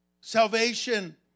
Salvation